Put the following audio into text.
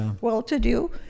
well-to-do